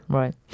right